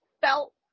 felt –